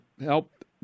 help